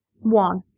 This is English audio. One